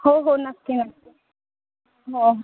हो हो नक्की ना हो